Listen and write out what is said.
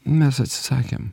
mes atsisakėm